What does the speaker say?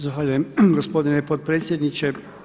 Zahvaljujem gospodine potpredsjedniče.